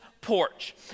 porch